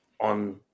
On